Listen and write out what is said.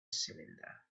cylinder